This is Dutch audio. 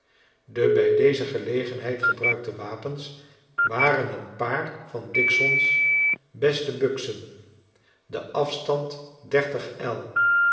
de bij deze gelegenheid gebruikte wapens waren een paar van dicksons beste buksen de afstand dertigel